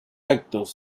actos